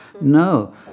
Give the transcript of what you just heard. No